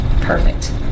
Perfect